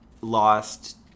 lost